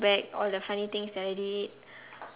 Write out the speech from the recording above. back all the funny things that I did